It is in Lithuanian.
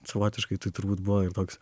savotiškai tai turbūt buvo ir toks